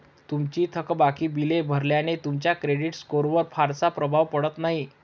तुमची थकबाकी बिले भरल्याने तुमच्या क्रेडिट स्कोअरवर फारसा प्रभाव पडत नाही